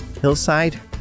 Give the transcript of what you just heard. Hillside